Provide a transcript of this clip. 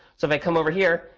so if i come over here,